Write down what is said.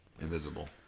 Invisible